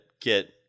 get